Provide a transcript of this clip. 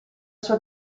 sua